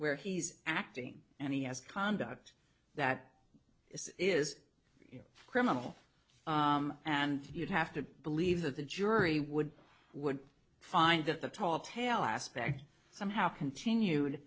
where he's acting and he has conduct that is a criminal and you'd have to believe that the jury would would find that the tall tale aspect somehow continued